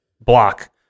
block